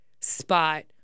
spot